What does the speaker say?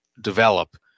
develop